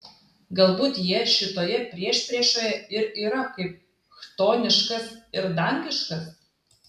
galbūt jie šitoje priešpriešoje ir yra kaip chtoniškas ir dangiškas